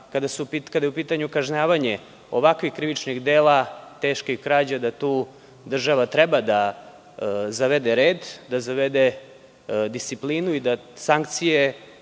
kada je u pitanje kažnjavanje ovakvih krivičnih dela teških krađa, da tu država treba da zavede red, da zavede disciplinu i da sankcije